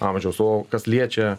amžiaus o kas liečia